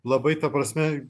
labai ta prasme